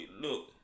look